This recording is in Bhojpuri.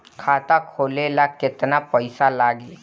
खाता खोले ला केतना पइसा लागी?